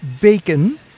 bacon